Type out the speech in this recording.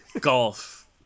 Golf